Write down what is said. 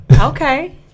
Okay